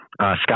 Scott